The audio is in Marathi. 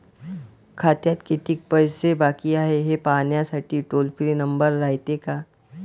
खात्यात कितीक पैसे बाकी हाय, हे पाहासाठी टोल फ्री नंबर रायते का?